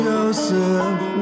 Joseph